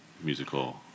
musical